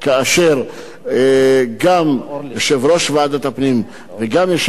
שגם יושב-ראש ועדת הפנים וגם יושב-ראש